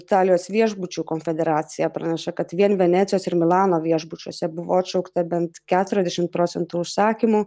italijos viešbučių konfederacija praneša kad vien venecijos ir milano viešbučiuose buvo atšaukta bent keturiasdešim procentų užsakymų